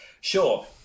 Sure